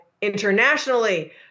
internationally